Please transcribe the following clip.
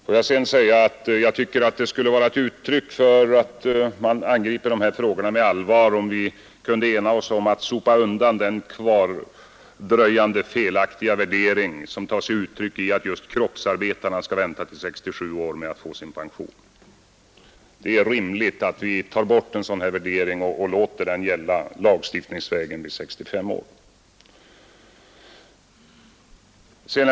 Får jag sedan anföra att det skulle vara ett tecken på att man angriper dessa frågor med allvar om vi kunde ena oss om att sopa undan den kvardröjande felaktiga värdering som tar sig uttryck i att just kroppsarbetarna skall vänta till 67 år med att få sin pension, Det är rimligt att vi tar bort en sådan värdering och lagstiftningsvägen låter 65 år få gälla som ålder för rätt till full pension.